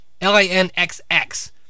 L-I-N-X-X